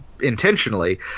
intentionally